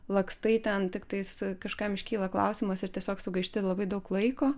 lakstai ten tiktais kažkam iškyla klausimas ir tiesiog sugaišti labai daug laiko